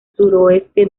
suroeste